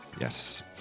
Yes